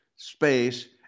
space